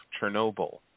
Chernobyl